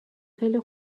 خیلی